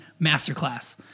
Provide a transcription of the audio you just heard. masterclass